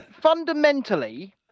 Fundamentally